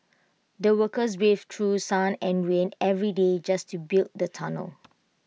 the workers braved through sun and rain every day just to build the tunnel